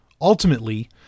ultimately